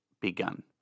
begun